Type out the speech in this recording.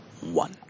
one